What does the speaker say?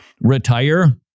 retire